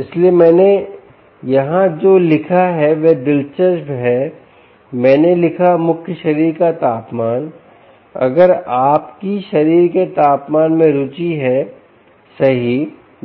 इसलिए मैंने यहां जो लिखा है वह दिलचस्प है मैंने लिखा मुख्य शरीर का तापमान अगर आपकी शरीर के तापमान में रूचि है सही